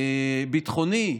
ביטחוני,